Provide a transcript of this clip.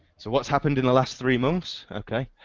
so what's happened in the last three months? ok